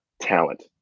talent